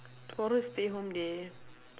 tomorrow stay home day